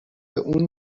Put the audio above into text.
اون